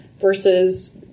versus